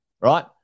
right